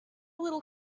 little